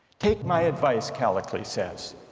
take my advice calicles says,